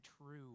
true